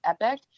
epic